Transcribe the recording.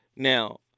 Now